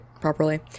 properly